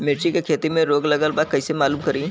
मिर्ची के खेती में रोग लगल बा कईसे मालूम करि?